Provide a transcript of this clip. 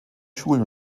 schulen